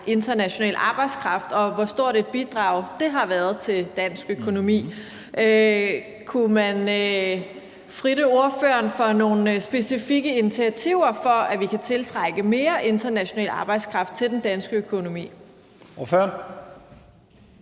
international arbejdskraft, og hvor stort et bidrag det har været til dansk økonomi. Kunne man udfritte ordføreren for nogle specifikke initiativer til, at vi kan tiltrække mere international arbejdskraft til den danske økonomi? Kl.